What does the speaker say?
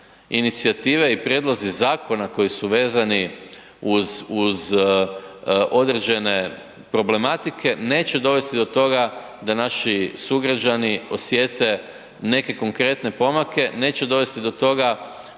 inicijative i prijedlozi zakona koji su vezani uz određene problematike neće dovesti do toga da naši sugrađani osjete neke konkretne pomake, neće dovesti do toga